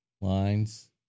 lines